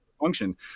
function